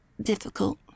difficult